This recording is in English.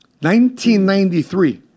1993